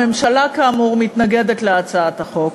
הממשלה, כאמור, מתנגדת להצעת החוק.